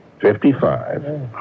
fifty-five